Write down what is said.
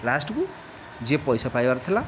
ଲାଷ୍ଟକୁ ଯିଏ ପଇସା ପାଇବାର ଥିଲା